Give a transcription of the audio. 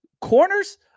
corners